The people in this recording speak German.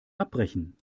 abbrechen